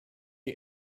you